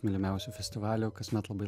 mylimiausių festivalių kasmet labai